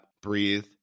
breathe